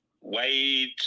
Wade